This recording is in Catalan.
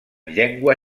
llengua